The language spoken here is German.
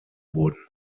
wurden